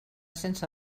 sense